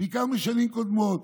בעיקר משנים קודמות: